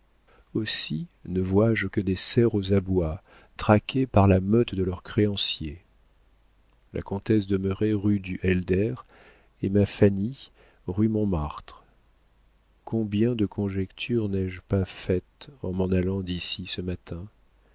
aussi ne vois-je que des cerfs aux abois traqués par la meute de leurs créanciers la comtesse demeurait rue du helder et ma fanny rue montmartre combien de conjectures n'ai-je pas faites en m'en allant d'ici ce matin